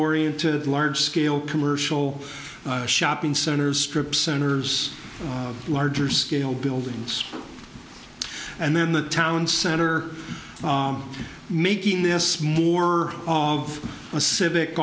oriented large scale commercial shopping centers strip centers larger scale buildings and then the town center making this more of a civic